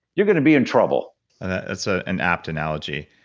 you're going to be in trouble that's ah an apt analogy.